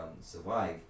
survive